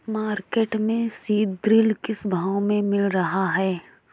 Market में सीद्रिल किस भाव में मिल रहा है?